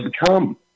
become